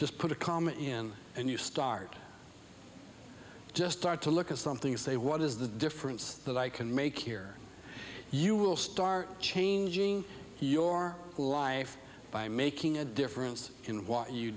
just put a comma in and you start just start to look at something say what is the difference that i can make here you will start changing your life by making a difference in what you